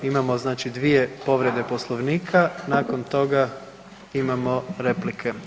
Imamo znači dvije povrede Poslovnika, nakon toga imamo replike.